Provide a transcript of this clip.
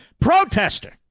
protester